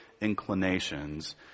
inclinations